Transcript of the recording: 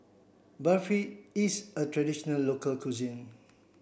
Barfi is a traditional local cuisine